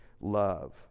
love